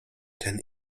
ten